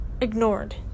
ignored